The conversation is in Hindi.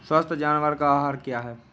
स्वस्थ जानवर का आहार क्या है?